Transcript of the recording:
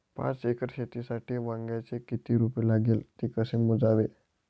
पाच एकर शेतीसाठी वांग्याचे किती रोप लागेल? ते कसे मोजावे?